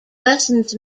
lessons